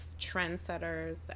trendsetters